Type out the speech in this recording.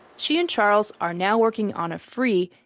she and charles are now working on a free,